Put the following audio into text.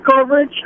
coverage